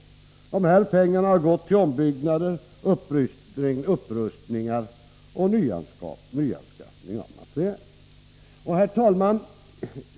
De här pengarna har gått till ombyggnader, upprustningar och nyanskaffning av materiel. Herr talman!